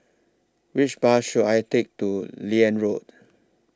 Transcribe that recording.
Which Bus should I Take to Liane Road